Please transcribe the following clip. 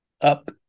up